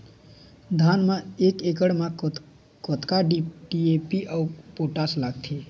धान म एक एकड़ म कतका डी.ए.पी अऊ पोटास लगथे?